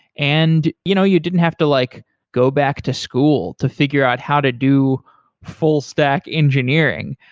and you know you didn't have to like go back to school to figure out how to do full stack engineering.